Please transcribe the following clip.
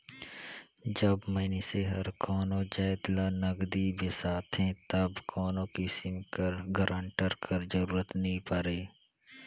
जब मइनसे हर कोनो जाएत ल नगदी बेसाथे तब कोनो किसिम कर गारंटर कर जरूरत नी परे